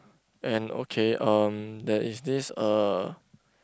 and okay um there is this uh